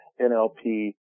NLP